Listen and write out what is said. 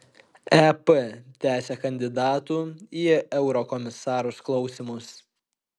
ep tęsia kandidatų į eurokomisarus klausymus